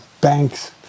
banks